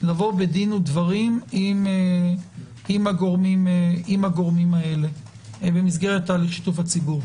לבוא בדין ודברים עם הגורמים האלה במסגרת תהליך שיתוך הציבור.